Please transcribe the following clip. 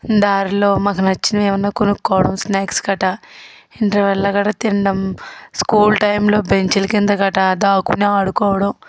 దారిలో మనకు నచ్చినవి ఏమైనా కొనుక్కోవడం స్న్యాక్స్ కట్ట ఇంటర్వెల్లో కూడా తినడం స్కూల్ టైమ్లో బెంచ్ల కింద కట్ట దాక్కుని ఆడుకోవడం